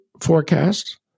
forecast